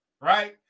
right